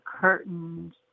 curtains